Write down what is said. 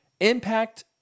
impact